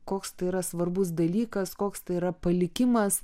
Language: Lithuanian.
koks tai yra svarbus dalykas koks tai yra palikimas